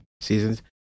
seasons